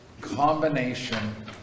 combination